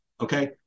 Okay